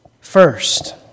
first